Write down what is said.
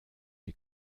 die